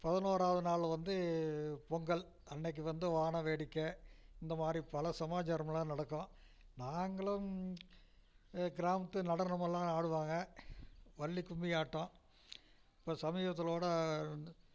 பதினோராவது நாள் வந்து பொங்கல் அன்னைக்கு வந்து வான வேடிக்கை இந்தமாதிரி பல சமாச்சாரம்லாம் நடக்கும் நாங்களும் கிராமத்து நடனமெல்லாம் ஆடுவாங்க வள்ளி கும்மியாட்டம் இப்போ சமீபத்தில் கூட வந்து